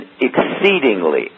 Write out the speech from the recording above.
exceedingly